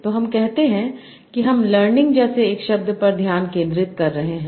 तो हम कहते हैं कि हम लर्निंग जैसे एक शब्द पर ध्यान केंद्रित कर रहे हैं